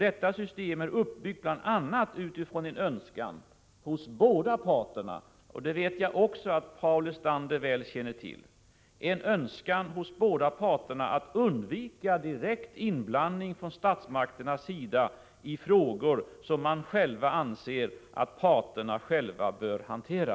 Detta system är uppbyggt bl.a. utifrån en önskan hos båda parterna — jag vet att Paul Lestander också väl känner till detta — att undvika direkt inblandning från statsmakternas sida i frågor som parterna anser att de själva bör hantera.